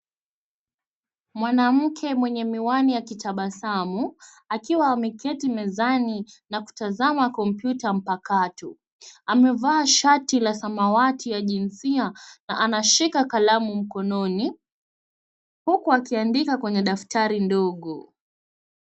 Mwanamke mwenye miwani akitabasamu akiwa ameketi mezani na kutazama kompyuta mpakato. Amevaa shati la samawati ya jinsia na anashika kalamu mkononi uku akiandika kwenye daftari ndogo.